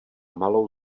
malou